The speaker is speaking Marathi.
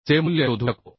चे मूल्य शोधू शकतो